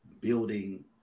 building